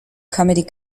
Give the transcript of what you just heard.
comedy